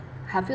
have you